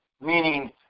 meaning